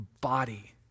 body